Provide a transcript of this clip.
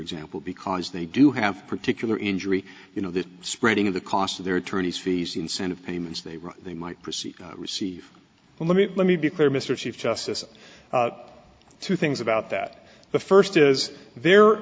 example because they do have particular injury you know the spreading of the cost of their attorneys fees the incentive payments they were they might receive receive well let me let me be clear mr chief justice two things about that the first is their